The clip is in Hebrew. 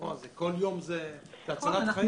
כל יום זה הצלת חיים.